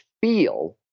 feel